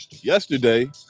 yesterday